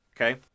Okay